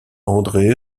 andré